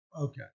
Okay